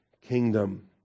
kingdom